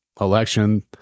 election